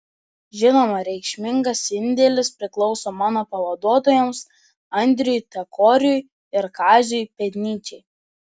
žinoma reikšmingas indėlis priklauso mano pavaduotojams andriui tekoriui ir kaziui pėdnyčiai